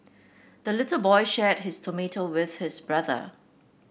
the little boy shared his tomato with his brother